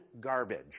garbage